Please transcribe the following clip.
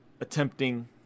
attempting